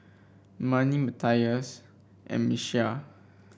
Marni Matias and Miesha